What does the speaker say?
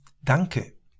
Danke